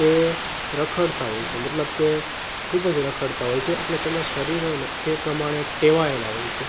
તે રખડતા હોય છે મતલબ તે ખૂબ જ રખડતા હોય છે એટલા તેમના શરીર હોય ને તે પ્રમાણે ટેવાયેલા હોય છે